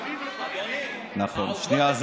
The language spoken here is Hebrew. העובדות הן, שנייה.